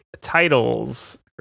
titles